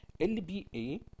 LBA